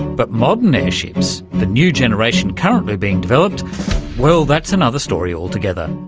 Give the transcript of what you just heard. but modern airships the new generation currently being developed well, that's another story altogether.